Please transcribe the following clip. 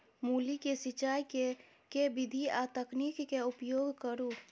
मूली केँ सिचाई केँ के विधि आ तकनीक केँ उपयोग करू?